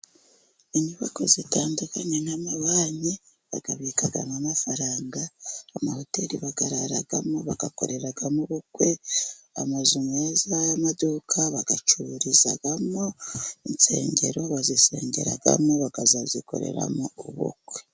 Inyubako zitandukanye nk'amabanki bayabikamo amafaranga, amahoteli bayararamo, bayakoreramo ubukwe, amazu meza y'amaduka bayacururizamo, insengero bazisengeramo, bakazazikoreramo ubukwe.